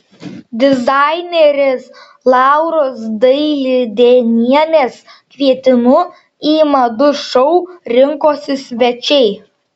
dizainerės lauros dailidėnienės kvietimu į madų šou rinkosi svečiai